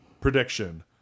prediction